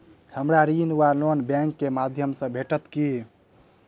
हमरा ऋण वा लोन बैंक केँ माध्यम सँ भेटत की?